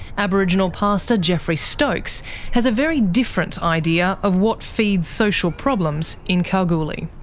aboriginal pastor geoffrey stokes has a very different idea of what feeds social problems in kalgoorlie.